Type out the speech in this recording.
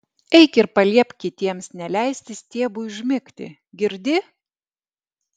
eik ir paliepk kitiems neleisti stiebui užmigti girdi